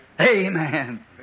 Amen